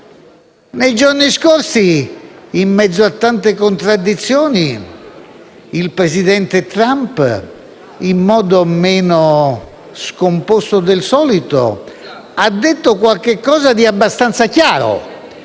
Nei giorni scorsi, in mezzo a tante contraddizioni, il presidente Trump, in modo meno scomposto del solito, ha detto al mondo qualche cosa di abbastanza chiaro,